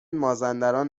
مازندران